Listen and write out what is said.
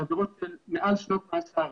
עבירות שהן מעל שנת מאסר.